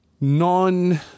non